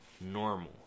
normal